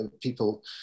people